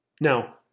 Now